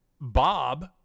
Bob